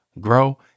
grow